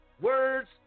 Words